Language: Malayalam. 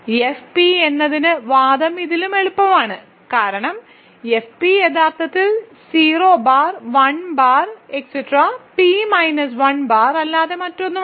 എഫ് പി എന്നതിന് വാദം ഇതിലും എളുപ്പമാണ് കാരണം എഫ് പി യഥാർത്ഥത്തിൽ 0 bar 1 bar P minus 1 bar അല്ലാതെ മറ്റൊന്നുമല്ല